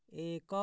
ଏକ